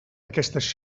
aquestes